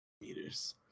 meters